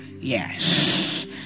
Yes